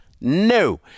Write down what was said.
No